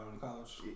College